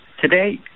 Today